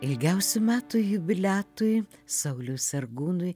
ilgiausių metų jubiliatui sauliui sargūnui